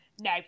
No